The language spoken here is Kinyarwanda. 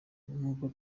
nkuko